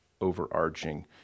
overarching